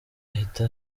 ahita